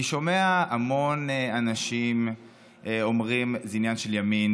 אני שומע המון אנשים שאומרים: זה עניין של ימין,